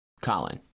Colin